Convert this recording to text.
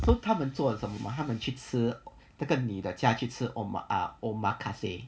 so 他们做什么嘛他们去吃这个女的叫他去吃 omakase